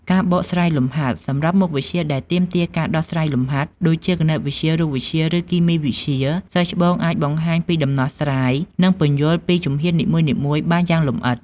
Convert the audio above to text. ការបកស្រាយលំហាត់ សម្រាប់មុខវិជ្ជាដែលទាមទារការដោះស្រាយលំហាត់ ដូចជាគណិតវិទ្យា រូបវិទ្យា ឬគីមីវិទ្យា សិស្សច្បងអាច បង្ហាញពីដំណោះស្រាយ និងពន្យល់ពីជំហាននីមួយៗបានយ៉ាងលម្អិត។